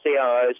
CIOs